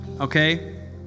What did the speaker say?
okay